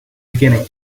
beginning